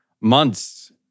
months